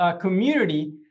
community